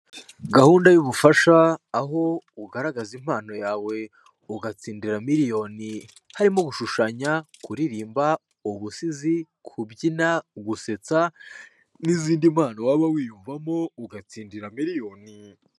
Gahunda y'ubufasha, aho ugaragaza impano yawe ugatsindira miliyoni, harimo gushushanya, kuririmba, ubusizi, kubyina, gusetsa n'izindi mpano waba wiyumvamo, ugatsindira miliyoni.